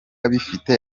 bifite